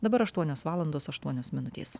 dabar aštuonios valandos aštuonios minutės